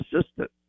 assistant